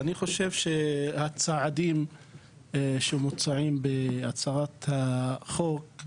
אני חושב שהצעדים שמוצעים בהצעת החוק,